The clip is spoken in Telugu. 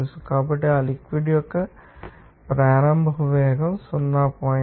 కాబట్టి ఆ లిక్విడ్ ం యొక్క ప్రారంభ వేగం 0